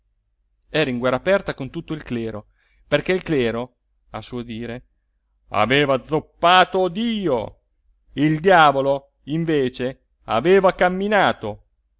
era in guerra aperta con tutto il clero perché il clero a suo dire aveva azzoppato dio il diavolo invece aveva camminato